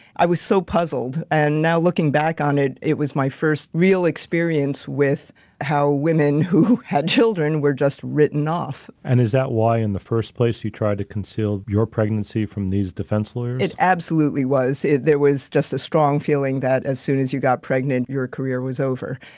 i was so puzzled. and now looking back on it, it was my first real experience with how women who had children were just written off. and is that why in the first place you tried to conceal your pregnancy from these defense lawyers? it absolutely was it there was just a strong feeling that as soon as you got pregnant, your career was over.